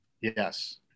Yes